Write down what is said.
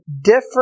different